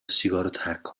ترک